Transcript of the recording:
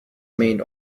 remained